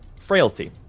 frailty